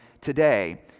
today